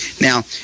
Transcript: Now